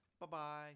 Bye-bye